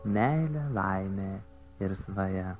meilė laimė ir svaja